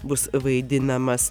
bus vaidinamas